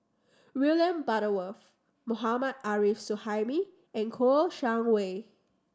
William Butterworth Mohammad Arif Suhaimi and Kouo Shang Wei